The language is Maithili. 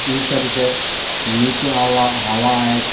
ई सबसँ नीक हवा आयत